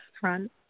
front